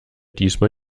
diesmal